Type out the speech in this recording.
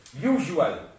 usual